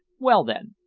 well, then,